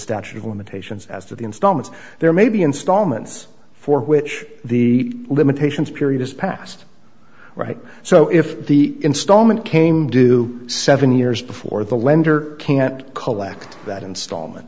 statute of limitations as to the installment there may be installments for which the limitations period is passed right so if the installment came due seven years before the lender can collect that installment